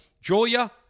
Julia